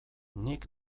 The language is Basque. nik